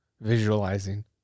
visualizing